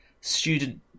student